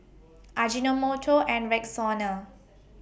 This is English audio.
Ajinomoto and Rexona